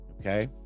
okay